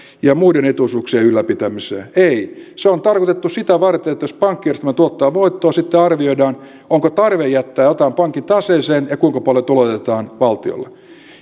ja muiden etuisuuksien ylläpitämiseen ei se on tarkoitettu sitä varten että jos pankkijärjestelmä tuottaa voittoa sitten arvioidaan onko tarve jättää jotain pankin taseeseen ja kuinka paljon tuloutetaan valtiolle